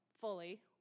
fully